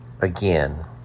Again